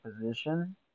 position